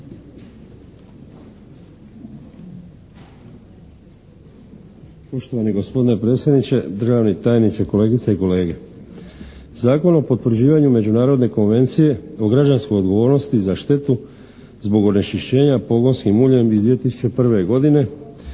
Poštovani gospodine predsjedniče, državni tajniče, kolegice i kolege! Zakon o potvrđivanju Međunarodne konvencije o građanskoj odgovornosti za štetu zbog onečišćenja pogonskim uljem iz 2001. godine